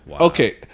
okay